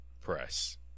press